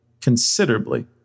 considerably